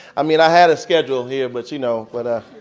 i mean i had a schedule here but, you know. but ah